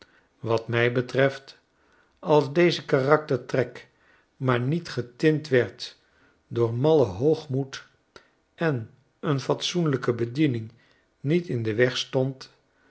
wat mij betreft als deze karaktertrek maar niet getint werd door mallen hoogmoed en een fatsoenlyke bediening niet in den weg stond